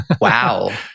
Wow